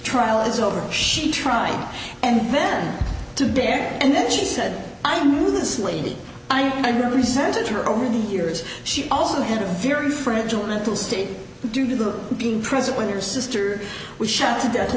trial is over she tried and then to bear and then she said i knew this lady i resented her over the years she also had a very fragile mental state due to the being present when your sister was shot to